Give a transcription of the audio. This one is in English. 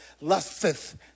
lusteth